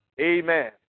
Amen